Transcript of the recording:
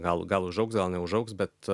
gal gal užaugs gal neužaugs bet